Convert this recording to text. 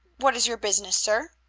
what is your business, sir?